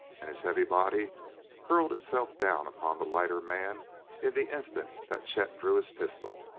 and his heavy body hurled itself down upon the lighter man in the instant that chet drew his pistol.